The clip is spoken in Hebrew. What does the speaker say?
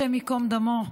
השם ייקום דמו,